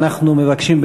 אנחנו מבקשים,